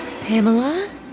Pamela